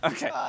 Okay